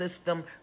system